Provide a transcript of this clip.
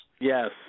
Yes